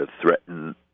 threaten